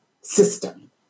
system